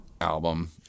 album